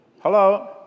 Hello